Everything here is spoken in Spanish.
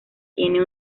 tiene